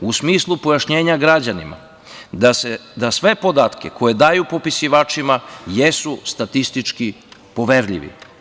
U smislu pojašnjenja građanima da sve podatke koje daju popisivačima jesu statistički poverljivi.